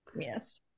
Yes